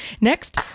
next